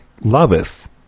loveth